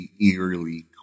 eerily